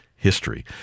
History